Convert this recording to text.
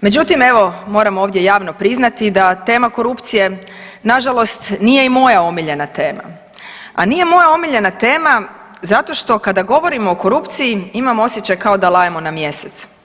međutim evo moram ovdje javno priznati da tema korupcije na žalost nije i moja omiljena tema, a nije moja omiljena tema zato što kada govorimo o korupciji imam osjećaj kao da lajemo na mjesec.